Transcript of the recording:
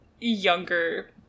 Younger